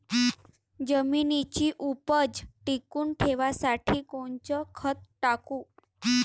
जमिनीची उपज टिकून ठेवासाठी कोनचं खत टाकू?